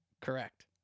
Correct